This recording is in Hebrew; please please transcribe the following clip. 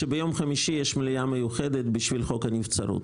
שביום חמישי יש מליאה מיוחדת בשביל חוק הנבצרות.